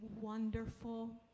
wonderful